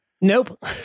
Nope